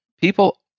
people